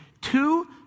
Two